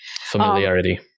familiarity